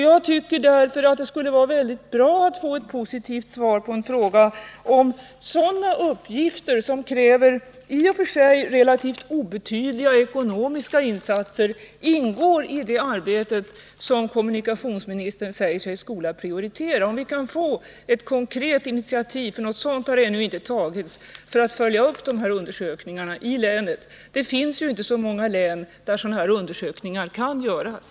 Det vore väldigt värdefullt att få ett positivt svar på frågan om sådana uppgifter som i och för sig kräver relativt obetydliga ekonomiska insatser 39 ingår i det arbete som kommunikationsministern säger sig skola prioritera. Vi efterlyser ett konkret initiativ, för något sådant har ännu inte tagits när det gäller att följa upp de undersökningar som gjorts i Uppsala län. Det finns ju inte så många andra län där sådana undersökningar kan göras.